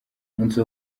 umunsi